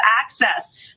access